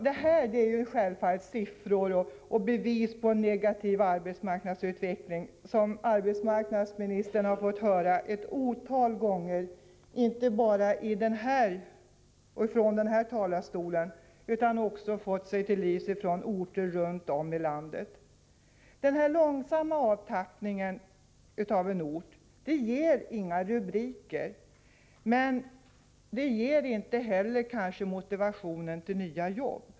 Detta är självfallet siffror och bevis på negativ arbetsmarknadsutveckling som arbetsmarknadsministern har fått höra ett otal gånger — inte bara från den här talarstolen utan också från orter runt om i landet. Den här långsamma avtappningen av en ort ger inga rubriker, men ger kanske inte heller motivationen till nya jobb.